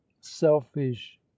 selfish